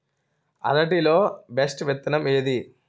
అరటి లో బెస్టు విత్తనం ఏది?